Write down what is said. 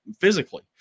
physically